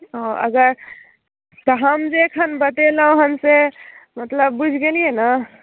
ओ अगर तऽ हम जे एखन बतेलहुँ हेँ से मतलब बुझि गेलियै ने